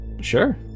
Sure